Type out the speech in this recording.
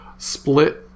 Split